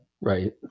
Right